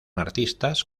artistas